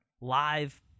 live